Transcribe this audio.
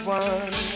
one